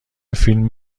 فیلم